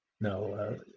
No